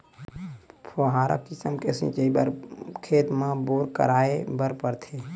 फव्हारा किसम के सिचई बर खेत म बोर कराए बर परथे